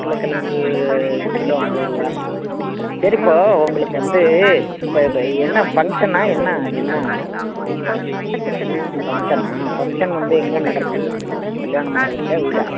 உருளக்கெழங்கு கிலோ அம்பது ரூபா சரி இப்போது உங்களுக்கு வந்து இப்போ வ என்ன ஃபங்க்ஷனா என்ன என்ன இது ஃபங்க்ஷனா ஃபங்க்ஷன் வந்து எங்கே நடக்குது கல்யாண மண்டபத்துலையா வீடா